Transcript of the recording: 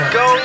go